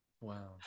Wow